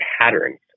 patterns